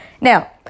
Now